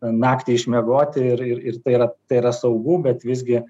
naktį išmiegoti ir ir ir tai yra tai yra saugu bet visgi